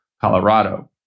Colorado